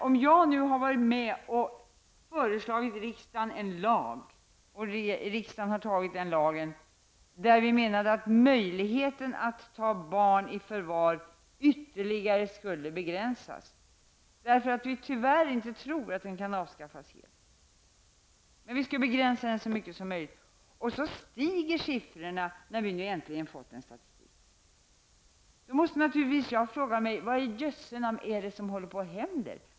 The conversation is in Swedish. Jag har förelagt riksdagen ett förslag till lag, och riksdagen har antagit denna lag, där möjligheten att ta barn i förvar ytterligare begränsas. Vi tror dock inte att den kan avskaffas helt. Men vi skall begränsa den så mycket som möjligt. Ändå ökar alltså antalet i förvartagna barn enligt denna statistik. Då måste jag naturligtvis fråga mig vad som händer.